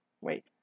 wait